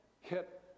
hit